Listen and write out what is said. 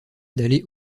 d’aller